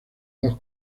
dos